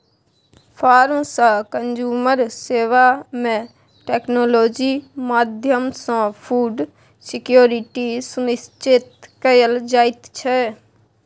farm सँ consumer सेबा मे टेक्नोलॉजी माध्यमसँ फुड सिक्योरिटी सुनिश्चित कएल जाइत छै